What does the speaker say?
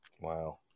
Wow